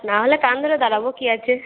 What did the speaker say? নাহলে কান ধরে দাঁড়াব কী আছে